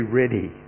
ready